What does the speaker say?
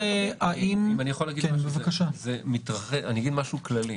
סגן השר לביטחון הפנים יואב סגלוביץ': אגיד משהו כללי.